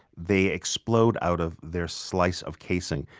they explode out of their slice of casing.